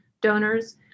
donors